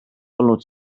olnud